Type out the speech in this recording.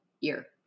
year